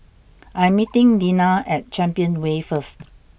I'm meeting Deanna at Champion Way first